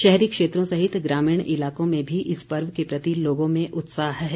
शहरी क्षेत्रों सहित ग्रामीण इलाकों में भी इस पर्व के प्रति लोगों में उत्साह है